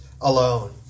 alone